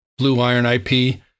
blueironip